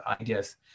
ideas